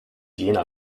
jena